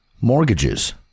mortgages